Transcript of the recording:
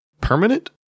Permanent